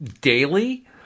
daily